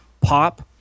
pop